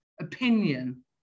opinion